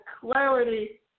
clarity